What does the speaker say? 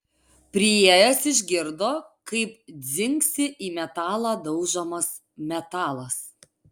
priėjęs išgirdo kaip dzingsi į metalą daužomas metalas